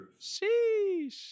Sheesh